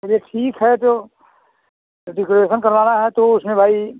अच्छा ठीक है तो तो डिकोरेसन करवाना है तो उसमें भाई